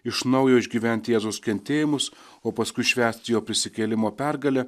iš naujo išgyvent jėzaus kentėjimus o paskui švęst jo prisikėlimo pergalę